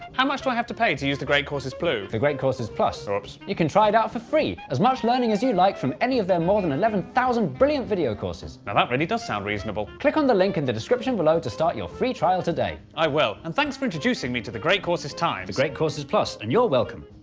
how much do i have to pay to use the great courses plu? the great courses plus. so oops. you can try it out for free! as much learning as you like from any of their more than eleven thousand brilliant video courses. now that really does sound reasonable. click on the link in and the description below to start your free trial today. i will. and thanks for introducing me to the great courses times. the great courses plus. and you're welcome.